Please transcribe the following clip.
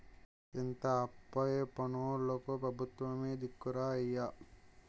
ఇంత అప్పయి పోనోల్లకి పెబుత్వమే దిక్కురా అయ్యా